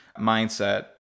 mindset